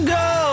go